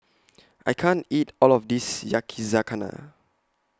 I can't eat All of This Yakizakana